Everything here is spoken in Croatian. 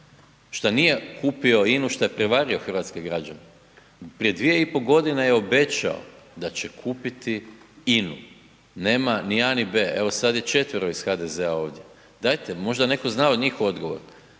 Što nije kupio INA-u, što je prevario hrvatske građane. Prije 2,5 godine je obećao da će kupiti INA-u. Nema ni a ni be. Evo, sad je 4-ero ih HDZ-a ovdje. Dajte, možda netko zna od njih odgovor.